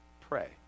pray